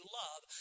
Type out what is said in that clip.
love